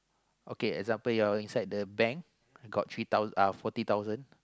okay example you're inside the bank got three thou~ ah forty thousand